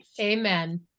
Amen